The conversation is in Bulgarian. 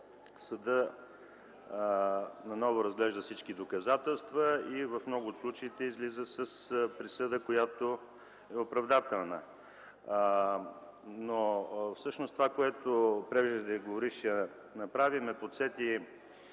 съдът наново разглежда всички доказателства и в много от случаите излиза с присъда, която е оправдателна. Всъщност това, което преждеговорившият направи, ме подсети